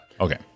Okay